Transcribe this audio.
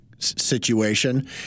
Situation